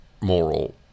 moral